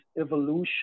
evolution